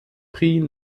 prix